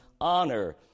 honor